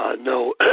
No